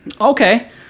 Okay